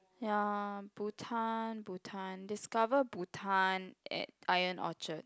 ya Bhutan Bhutan discover Bhutan at Ion Orchard